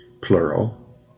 plural